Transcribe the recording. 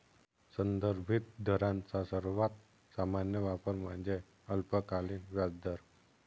संदर्भित दरांचा सर्वात सामान्य वापर म्हणजे अल्पकालीन व्याजदर